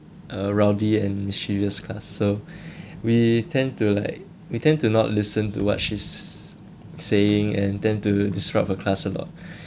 rowdy and mischievous class so we tend to like we tend to not listen to what she's saying and tend to disrupt her class a lot